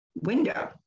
Window